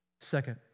Second